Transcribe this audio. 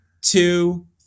two